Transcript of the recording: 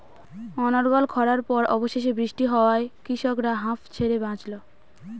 অনর্গল খড়ার পর অবশেষে বৃষ্টি হওয়ায় কৃষকরা হাঁফ ছেড়ে বাঁচল